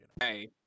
Hey